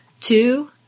two